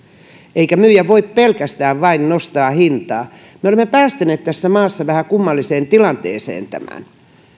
eikä myyjä voi pelkästään nostaa hintaa me olemme päästäneet tässä maassa vähän kummalliseen tilanteeseen tämän